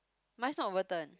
mine's not overturned